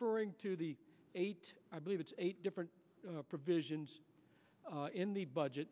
referring to the eight i believe it's eight different provisions in the budget